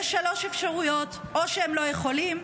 יש שלוש אפשרויות: או שהם לא יכולים,